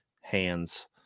hands